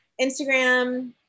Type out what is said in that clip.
Instagram